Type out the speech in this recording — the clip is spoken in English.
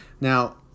Now